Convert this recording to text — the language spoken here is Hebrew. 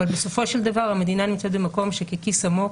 אבל בסופו של דבר המדינה נמצאת במקום שככיס עמוק